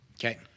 Okay